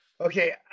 Okay